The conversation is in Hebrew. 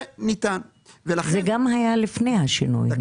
זה היה גם לפני השינוי.